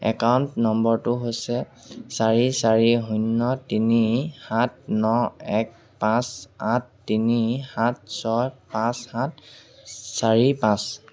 account নম্বৰটো হৈছে চাৰি চাৰি শূন্য তিনি সাত ন এক পাঁচ আঠ তিনি সাত ছয় পাঁচ সাত চাৰি পাঁচ